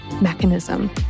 mechanism